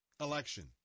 election